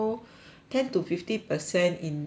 ten to fifty percent in mandarin